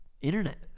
internet